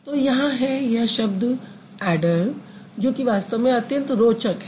तो यहाँ है यह शब्द ऐडर जो कि वास्तव में अत्यंत रोचक है